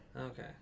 Okay